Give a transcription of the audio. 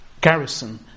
garrison